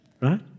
right